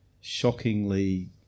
shockingly